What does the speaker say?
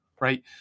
right